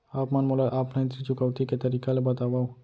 आप मन मोला ऑफलाइन ऋण चुकौती के तरीका ल बतावव?